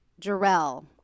Jarrell